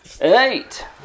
Eight